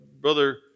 Brother